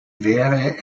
wäre